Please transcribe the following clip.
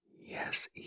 Yes